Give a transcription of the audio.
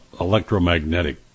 electromagnetic